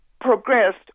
progressed